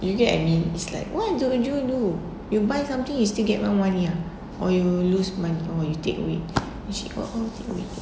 you get I mean is like what do you do you buy something you still get more money ah or you lose money or you take away and she go oh duit